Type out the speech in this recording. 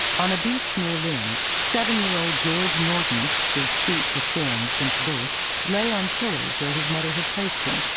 on a beach near lynn seven-year-old george norton his feet deformed since birth lay on pillows where his mother had placed him,